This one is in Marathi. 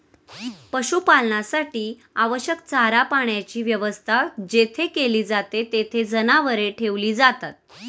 पशुपालनासाठी आवश्यक चारा पाण्याची व्यवस्था जेथे केली जाते, तेथे जनावरे ठेवली जातात